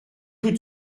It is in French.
tout